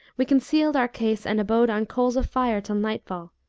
we concealed our case and abode on coals of fire till nightfall,